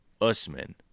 Usman